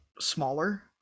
smaller